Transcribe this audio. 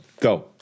Go